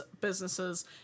businesses